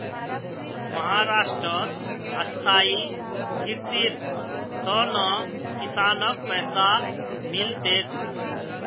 महाराष्ट्रत स्थायी कृषिर त न किसानक पैसा मिल तेक